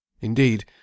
Indeed